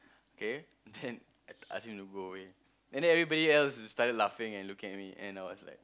okay then I ask him to go away and then everybody else just started laughing and looking at me and I was like